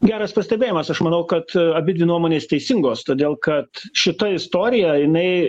geras pastebėjimas aš manau kad abidvi nuomonės teisingos todėl kad šita istorija jinai